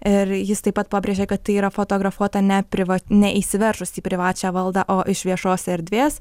ir jis taip pat pabrėžė kad tai yra fotografuota nepriva ne įsiveržus į privačią valdą o iš viešos erdvės